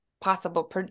Possible